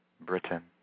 Britain